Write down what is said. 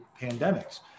pandemics